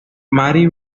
mari